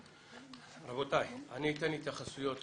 רבותי, אני אאפשר התייחסויות